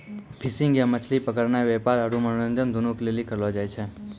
fishing या मछली पकड़नाय व्यापार आरु मनोरंजन दुनू के लेली करलो जाय छै